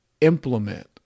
implement